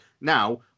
Now